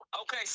Okay